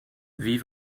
wie